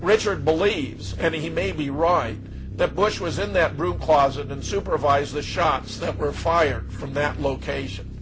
richard believes and he may be right that bush was in that group closet and supervise the shots that were fired from that location